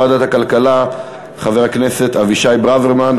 ועדת הכלכלה חבר הכנסת אבישי ברוורמן,